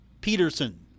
Peterson